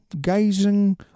gazing